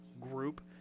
group